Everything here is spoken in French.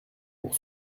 pour